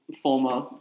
former